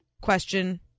question